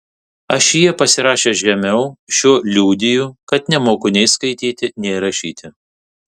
ašyje pasirašęs žemiau šiuo liudiju kad nemoku nei skaityti nei rašyti